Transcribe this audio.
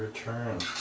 turn